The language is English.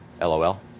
lol